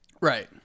Right